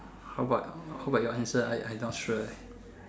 how about how about your answer I I not sure leh